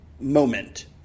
moment